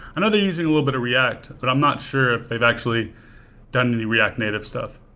and they're using a little bit of react, but i'm not sure if they've actually done any react native stuff.